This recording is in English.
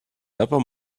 never